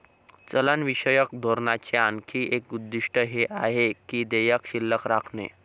चलनविषयक धोरणाचे आणखी एक उद्दिष्ट हे आहे की देयके शिल्लक राखणे